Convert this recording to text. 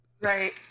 right